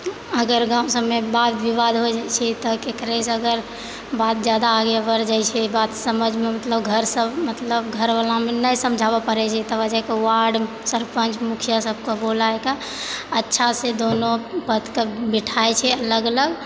अगर गाॅंव सभमे बाद बिबाद हो जाइ छै तऽ ककरेसँ अगर बात जादा आगे बढ़ि जाइ छै बात समझ मे मतलब घर सभ मतलब घर बला मे नहि समझाबऽ पड़ै छै तब जाकऽ वार्ड सरपञ्च मुखिया सभक बोलाइ कऽ अच्छासे दोनो पद के बिठाय छै अलग अलग